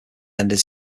ended